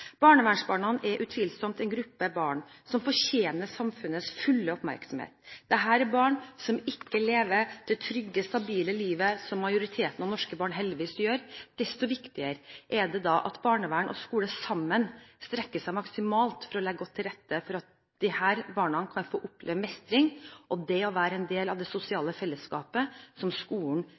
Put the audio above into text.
Barnevernsbarna er utvilsomt en gruppe barn som fortjener samfunnets fulle oppmerksomhet. Dette er barn som ikke lever det trygge, stabile livet som majoriteten av norske barn heldigvis gjør. Desto viktigere er det da at barnevern og skole sammen strekker seg maksimalt for å legge godt til rette for at disse barna kan få oppleve mestring og det å være en del av det sosiale fellesskapet som skolen